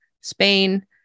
spain